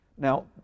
Now